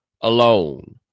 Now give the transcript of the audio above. alone